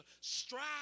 strive